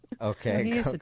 okay